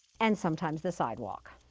and sometimes the sidewalk.